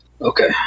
Okay